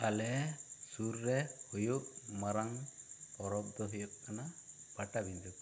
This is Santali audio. ᱟᱞᱮ ᱥᱩᱨ ᱨᱮ ᱦᱩᱭᱩᱜ ᱢᱟᱨᱟᱝ ᱯᱚᱨᱚᱵᱽ ᱫᱚ ᱦᱩᱭᱩᱜ ᱠᱟᱱᱟ ᱯᱟᱴᱟᱵᱤᱸᱰᱟᱹ ᱯᱚᱨᱚᱵᱽ